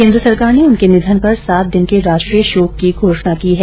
केन्द्र सरकार ने उनके निधन पर सात दिन के राष्ट्रीय शोक की घोषणा की है